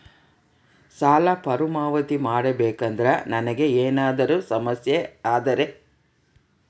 ಸಾಲ ಮರುಪಾವತಿ ಮಾಡಬೇಕಂದ್ರ ನನಗೆ ಏನಾದರೂ ಸಮಸ್ಯೆ ಆದರೆ?